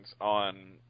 on